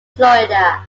florida